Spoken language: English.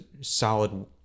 solid